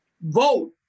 Vote